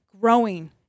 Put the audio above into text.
growing